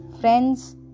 friends